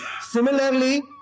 Similarly